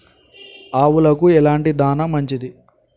ఆవులకు ఎలాంటి దాణా మంచిది?